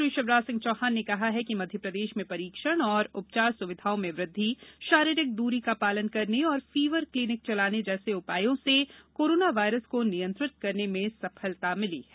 मुख्यमंत्री शिवराज सिंह चौहान ने कहा कि मध्य प्रदेश में परीक्षण और उपचार सुविधाओं में वृद्धि शारीरिक दूरी का पालन करने और फीवर क्लीनिक चलाने जैसे उपायों से कोरोना वायरस को नियंत्रित करने में सफल रहा है